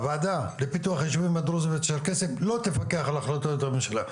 הוועדה לפיתוח היישובים הדרוזים והצ'רקסיים לא תפקח על החלטות הממשלה,